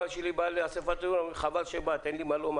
תודה.